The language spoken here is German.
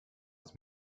des